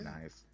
nice